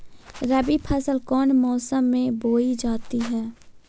रबी फसल कौन मौसम में बोई जाती है?